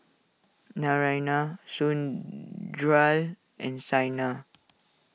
Naraina and Saina